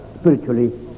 spiritually